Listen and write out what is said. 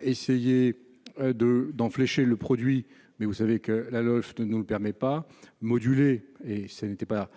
essayer de dons fléchés le produit mais vous savez que la loge ne nous le permet pas moduler et ce n'était pas